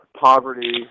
poverty